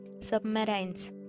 submarines